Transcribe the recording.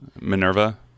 Minerva